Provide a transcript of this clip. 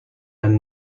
dan